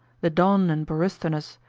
the don and borysthenes,